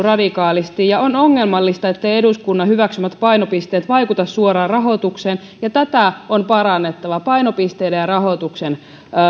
radikaalisti ja on ongelmallista etteivät eduskunnan hyväksymät painopisteet vaikuta suoraan rahoitukseen tätä painopisteiden ja rahoituksen